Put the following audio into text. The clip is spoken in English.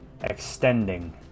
extending